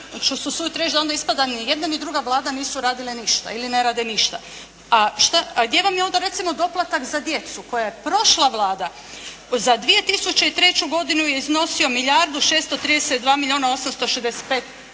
Onda ću se usuditi reći da onda ispada ni jedna ni druga Vlada nisu radile ništa ili ne rade ništa. A gdje vam je onda recimo doplatak za djecu koje je prošla Vlada za 2003. godinu je iznosio milijardu 632 milijuna 865 tisuća